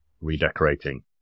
redecorating